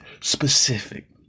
specific